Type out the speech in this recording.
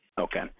Okay